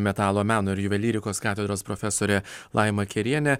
metalo meno ir juvelyrikos katedros profesorė laima kėrienė